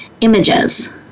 images